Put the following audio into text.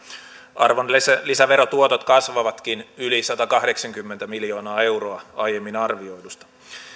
arvonlisäverotuotot kasvavatkin yli satakahdeksankymmentä miljoonaa euroa aiemmin arvioidusta